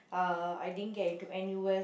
uh I didn't get into N_U_S